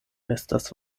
estas